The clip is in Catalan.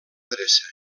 adreça